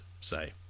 say